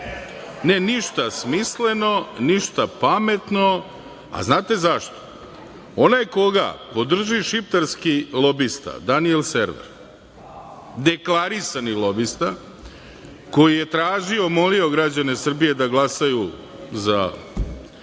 Ništa smisleno, ništa pametno. Znate zašto? Onaj koga podrži šiptarski lobista Danijel Server, deklarisani lobista, koji je tražio, molio građane Srbije da glasaju za